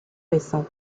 récent